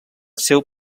seu